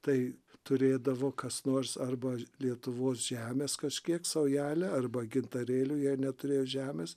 tai turėdavo kas nors arba lietuvos žemės kažkiek saujelę arba gintarėlių jei neturėjo žemės